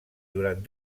durant